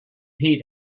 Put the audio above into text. heat